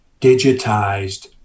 digitized